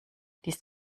dies